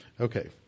Okay